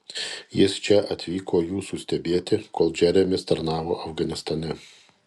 jis čia atvyko jūsų stebėti kol džeremis tarnavo afganistane